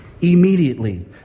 Immediately